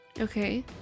okay